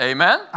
Amen